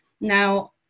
Now